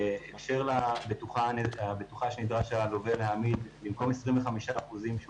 בהקשר לבטוחה שנדרש הלווה להעמיד במקום 25% שהוא